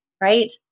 right